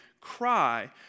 cry